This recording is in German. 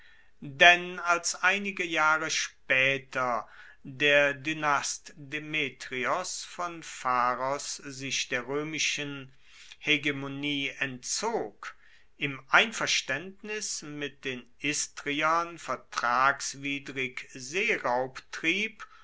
denn als einige jahre spaeter der dynast demetrios von pharos sich der roemischen hegemonie entzog im einverstaendnis mit den istriern vertragswidrig seeraub trieb